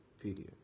period